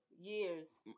Years